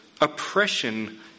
oppression